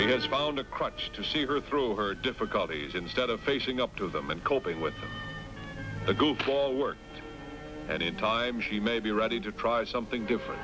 friends has found a crutch to see her through her difficulties instead of facing up to them and coping with the goofball work and in time she may be ready to try some thing different